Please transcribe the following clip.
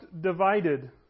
divided